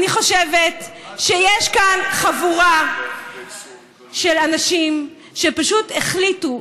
אני חושבת שיש כאן חבורה של אנשים שפשוט החליטו,